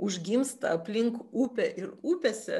užgimsta aplink upę ir upėse